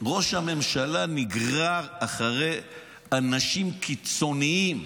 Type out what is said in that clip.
ראש הממשלה נגרר אחרי אנשים קיצוניים,